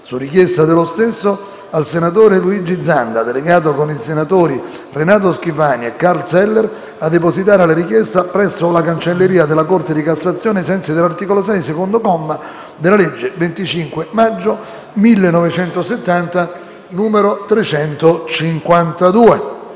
su richiesta dello stesso, al senatore Luigi Zanda, delegato, con i senatori Renato Schifani e Karl Zeller, a depositare la richiesta presso la cancelleria della Corte di cassazione, ai sensi dell'articolo 6, secondo comma, della legge 25 maggio 1970, n. 352.